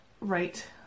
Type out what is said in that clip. right